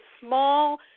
small